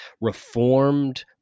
reformed